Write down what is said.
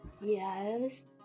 Yes